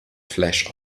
flash